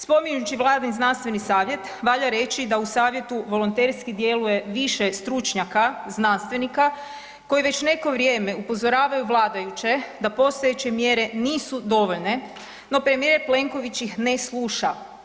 Spominjući vladin znanstveni savjet valja reći da u savjetu volonterski djeluje više stručnjaka, znanstvenika koji već neko vrijeme upozoravaju vladajuće da postojeće mjere nisu dovoljne, no premijer Plenković ih ne sluša.